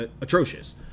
atrocious